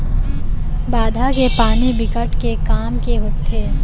बांधा के पानी बिकट के काम के होथे